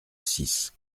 six